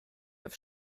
auf